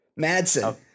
Madsen